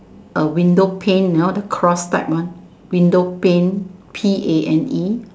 a window pane you know the cross type one window pane P A N E